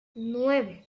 nueve